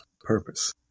Purpose